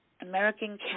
American